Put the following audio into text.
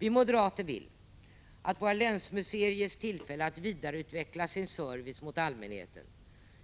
Vi moderater vill att våra länsmuseer ges tillfälle att vidareutveckla sin service till allmänheten